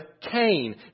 Cain